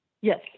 Yes